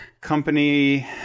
company